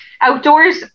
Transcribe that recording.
outdoors